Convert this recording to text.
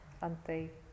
ante